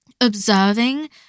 observing